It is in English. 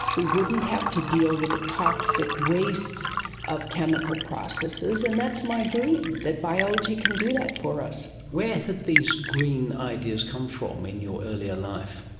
we wouldn't have to deal with the toxic wastes of chemical processes, and that's my dream, that biology can do that for us. where are had these green ideas come from in your earlier life?